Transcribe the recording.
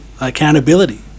accountability